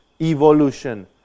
evolution